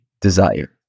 desire